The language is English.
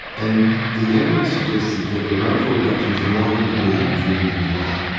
and the evidence suggested that the rainfall reduction was likely to be in june and july,